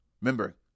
Remember